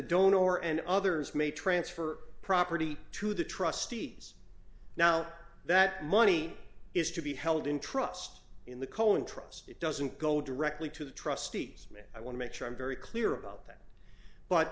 donor and others may transfer property to the trustees now that money is to be held in trust in the cohen trust it doesn't go directly to the trustees me i want to make sure i'm very clear about that but